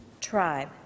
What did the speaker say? tribe